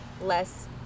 less